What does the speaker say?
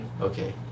Okay